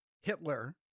Hitler